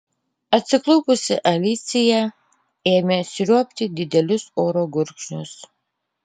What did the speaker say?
atsiklaupusi alicija ėmė sriuobti didelius oro gurkšnius